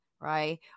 right